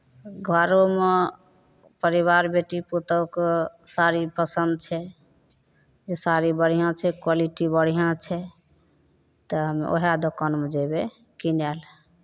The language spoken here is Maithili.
घरोमे परिवार बेटी पुतौहके साड़ी पसन्द छै जे साड़ी बढिऑं छै क्वलिटी बढिऑं छै तऽ हम ओहए दोकानमे जेबै किनै लए